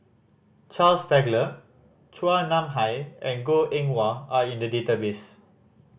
Charles Paglar Chua Nam Hai and Goh Eng Wah are in the database